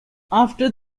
after